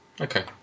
Okay